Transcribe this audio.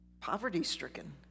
poverty-stricken